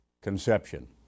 conception